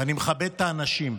אני מכבד את האנשים.